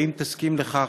האם תסכים לכך?